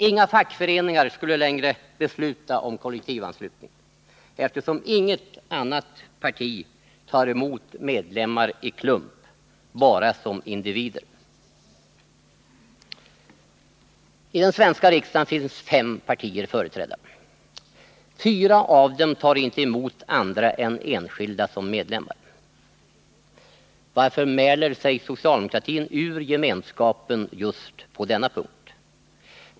Inga fackföreningar skulle längre besluta om kollektivanslutning, eftersom inget annat parti tar emot medlemmar i klump — bara som individer. I den svenska riksdagen finns fem partier företrädda. Fyra av dem tar inte emot andra än enskilda personer som medlemmar. Varför mäler sig socialdemokratin ur gemenskapen just på denna punkt?